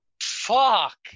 Fuck